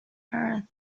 earth